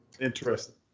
Interesting